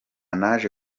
naje